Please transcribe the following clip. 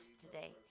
today